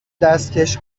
دستکش